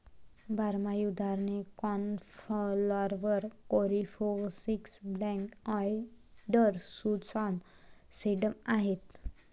बारमाहीची उदाहरणे cornflower, coreopsis, black eyed Susan, sedum आहेत